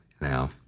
Now